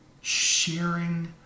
sharing